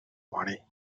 money